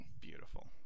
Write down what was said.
Beautiful